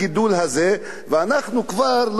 ואנחנו כבר לא צריכים להגיע,